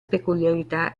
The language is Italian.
peculiarità